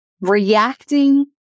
reacting